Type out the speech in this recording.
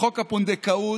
בחוק הפונדקאות,